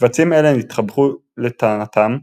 קבצים אלה נתחברו, לטענתם,